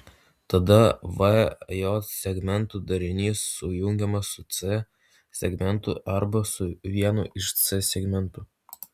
tada v j segmentų darinys sujungiamas su c segmentu arba su vienu iš c segmentų